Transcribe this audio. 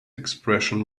expression